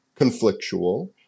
conflictual